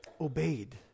obeyed